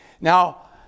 Now